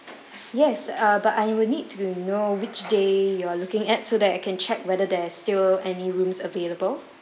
yes uh but I will need to know which day you are looking at so that I can check whether there are still any rooms available